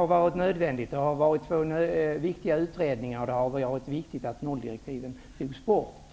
har varit viktiga, och borttagandet av nolldirektiven var också väsentligt.